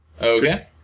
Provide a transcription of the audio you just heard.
Okay